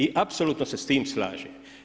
I apsolutno se s tim slažem.